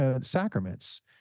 sacraments